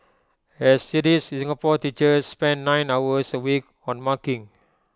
as IT is Singapore teachers spend nine hours A week on marking